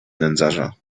nędzarza